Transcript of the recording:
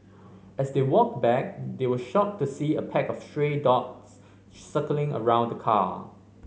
as they walked back they were shocked to see a pack of stray dogs circling around the car